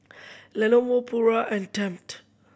Lenovo Pura and Tempt